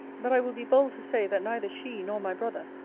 but i will be bold to say, that neither she, nor my brother,